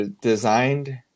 designed